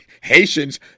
Haitians